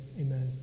Amen